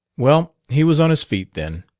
well, he was on his feet, then.